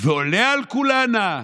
ועולה על כולנה,